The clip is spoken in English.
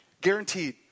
Guaranteed